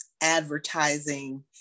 advertising